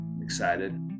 Excited